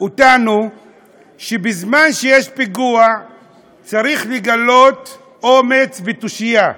אותנו שבזמן שיש פיגוע צריך לגלות אומץ ותושייה,